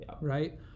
right